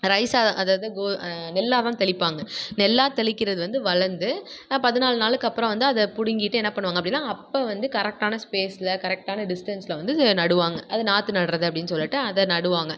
ரைஸாக அதை அதாவது கோ நெல்லாக தான் தெளிப்பாங்க நெல்லாக தெளிக்கிறது வந்து வளர்ந்து பதினாலு நாளுக்கு அப்புறம் வந்து அதை பிடுங்கிட்டு என்ன பண்ணுவாங்க அப்படின்னா அப்போ வந்து கரெக்டான ஸ்பேஸில் கரெக்டான டிஸ்டெண்ட்ஸில் வந்து இதை நடுவாங்க அது நாற்று நடுறது அப்படின்னு சொல்லிவிட்டு அதை நடுவாங்க